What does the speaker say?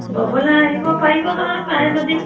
ব'বলৈ আহিব পাৰিব নহয় পাৰে যদি